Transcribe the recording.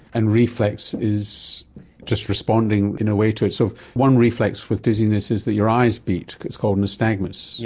and reflex is just responding in a way to it. so one reflex with dizziness is that your eyes beat, it's called nystagmus,